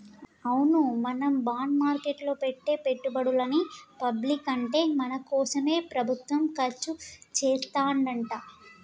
అవును మనం బాండ్ మార్కెట్లో పెట్టే పెట్టుబడులని పబ్లిక్ అంటే మన కోసమే ప్రభుత్వం ఖర్చు చేస్తాడంట